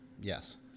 Yes